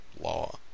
law